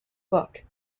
book